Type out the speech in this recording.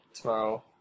tomorrow